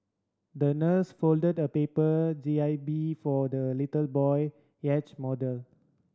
the nurse folded a paper J I B for the little boy yacht model